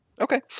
Okay